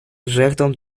жертвам